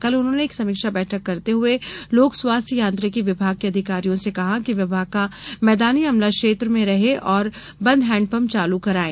कल उन्होंने एक समीक्षा बैठक करते हुए लोक स्वास्थ्य यांत्रिकी विभाग के अधिकारियों से कहा कि विभाग का मैदानी अमला क्षेत्र में रहे और बंद हैण्डपंप चालू करायें